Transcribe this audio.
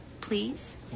please